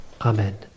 Amen